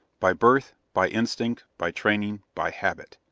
by birth, by instinct, by training, by habit,